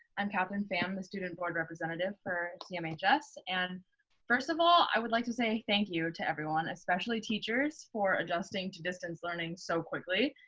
i'm catherine pham, the student board representative for cmhs. and first of all, i would like to say thank you to everyone, especially teachers for adjusting to distance learning so quickly.